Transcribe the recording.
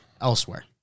elsewhere